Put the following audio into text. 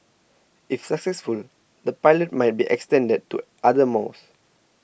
if successful the pilot might be extended to other malls